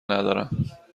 ندارم